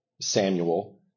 Samuel